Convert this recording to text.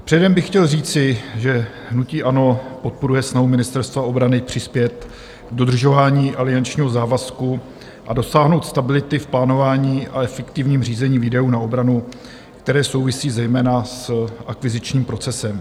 Předem bych chtěl říci, že hnutí ANO podporuje snahu Ministerstva obrany přispět k dodržování aliančního závazku a dosáhnout stability v plánování a efektivním řízení výdajů na obranu, které souvisí zejména s akvizičním procesem.